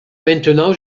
maintenant